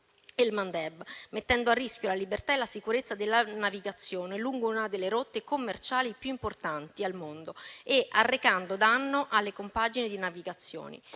el-Mandeb, mettendo a rischio la libertà e la sicurezza della navigazione lungo una delle rotte commerciali più importanti al mondo e arrecando danno alle compagnie di navigazione.